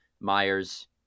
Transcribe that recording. Myers